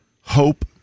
hope